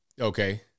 Okay